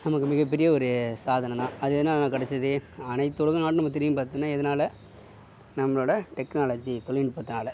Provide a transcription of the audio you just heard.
நமக்கு மிக பெரிய ஒரு சாதனைதான் அது என்னன்னா கிடைச்சிது அனைத்து உலக நாடும் நம்மை திரும்பி பார்த்ததுன்னா எதனால் நம்மளோட டெக்னாலஜி தொழில்நுட்பத்தினால